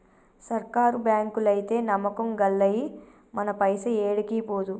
సర్కారు బాంకులైతే నమ్మకం గల్లయి, మన పైస ఏడికి పోదు